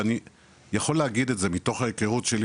ואני יכול להגיד את זה מתוך ההיכרות שלי